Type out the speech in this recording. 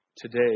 Today